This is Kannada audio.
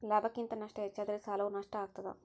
ಲಾಭಕ್ಕಿಂತ ನಷ್ಟ ಹೆಚ್ಚಾದರೆ ಸಾಲವು ನಷ್ಟ ಆಗ್ತಾದ